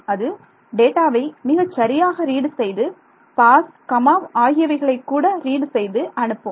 அது டேட்டாவை மிகச்சரியாக ரீட் செய்து பாஸ் கமா ஆகியவைகளை கூட ரீட் செய்து அனுப்பும்